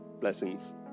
Blessings